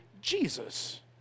Jesus